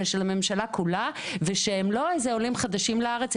אלא של הממשלה כולה ושהם לא עולים חדשים לארץ,